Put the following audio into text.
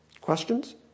Questions